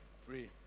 Free